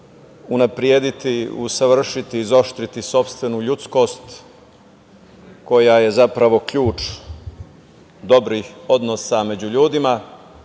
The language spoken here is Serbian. unaprediti, usavršiti, izoštriti sopstvenu ljudskost koja je zapravo ključ dobrih odnosa među ljudima. Sve